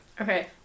Okay